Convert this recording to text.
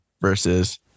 versus